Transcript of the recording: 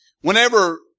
Whenever